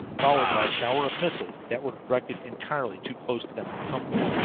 followed by a shower of missiles that were directed entirely too close to them for comfort.